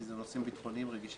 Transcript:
כי אלה נושאים ביטחוניים רגישים,